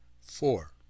Four